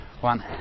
one